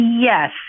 Yes